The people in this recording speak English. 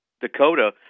Dakota